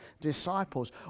disciples